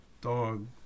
dog